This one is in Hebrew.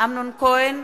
אמנון כהן,